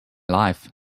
life